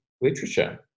literature